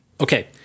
Okay